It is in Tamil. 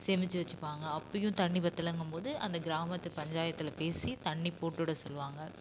சேமித்து வச்சுப்பாங்க அப்போயும் தண்ணி பத்தலைங்கும் போது அந்த கிராமத்து பஞ்சாயத்தில் பேசி தண்ணி போட்டு விட சொல்லுவாங்க